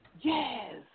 Yes